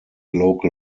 local